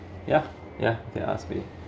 yeah yeah they ask me